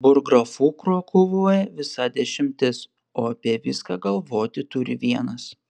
burggrafų krokuvoje visa dešimtis o apie viską galvoti turi vienas